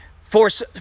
force